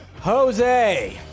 Jose